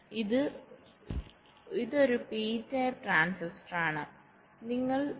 ഇതൊരു P type ട്രാൻസിസ്റ്ററാണ്p type transistor